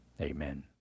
Amen